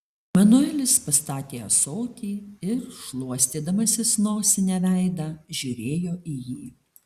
manuelis pastatė ąsotį ir šluostydamasis nosine veidą žiūrėjo į jį